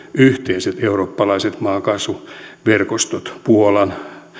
yhteiset eurooppalaiset maakaasuverkostot puolan ja liettuan välille jolloin nämä